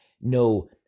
no